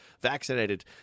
vaccinated